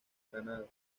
granada